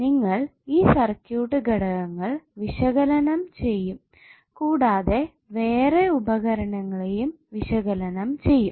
നിങ്ങൾ ഈ സർക്യൂട്ട് ഘടകങ്ങൾ വിശകലനം ചെയ്യും കൂടാതെ വേറെ ഉപകരണങ്ങളേയും വിശകലനം ചെയ്യും